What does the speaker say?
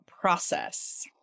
process